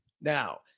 now